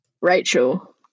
Rachel